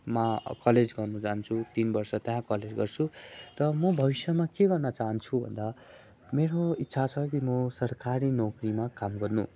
मा कलेज गर्न जान्छु तिन वर्ष त्यहाँ कलेज गर्छु त म भविष्यमा के गर्न चाहन्छु भन्दा मेरो इच्छा छ कि म सरकारी नोकरीमा काम गर्नु